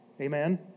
Amen